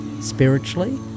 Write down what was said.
spiritually